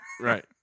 Right